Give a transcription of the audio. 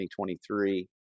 2023